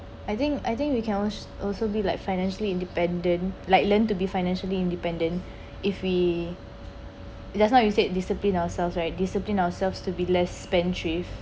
I think I think we can al~ also be like financially independent like learn to be financially independent if we just now you said discipline ourselves right discipline ourselves to be less spendthrift